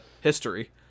history